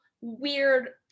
weird